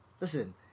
listen